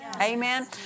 Amen